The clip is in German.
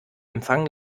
empfang